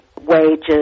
wages